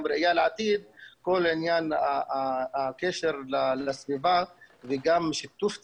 גם ראיה לעתיד את כל עניין הקשר לסביבה וגם שיתוף ציבור.